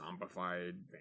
zombified